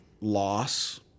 loss